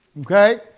okay